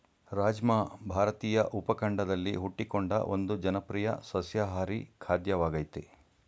ರಾಜ್ಮಾ ಭಾರತೀಯ ಉಪಖಂಡದಲ್ಲಿ ಹುಟ್ಟಿಕೊಂಡ ಒಂದು ಜನಪ್ರಿಯ ಸಸ್ಯಾಹಾರಿ ಖಾದ್ಯವಾಗಯ್ತೆ